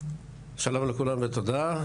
שלום לכולם ותודה,